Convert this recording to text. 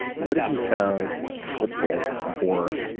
what have you found helpful for